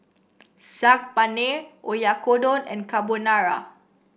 Saag Paneer Oyakodon and Carbonara